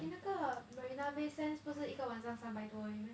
eh 那个 marina bay sands 不是一个晚上三百多而已 meh